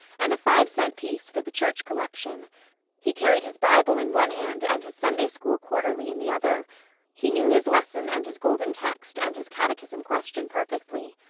and a five-cent piece for the church collection he carried his bible in one hand and his sunday school quarterly in the other he knew his lesson and his golden text and his catechism question perfectly.